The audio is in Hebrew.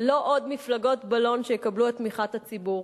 לא עוד מפלגות בלון שיקבלו את תמיכת הציבור.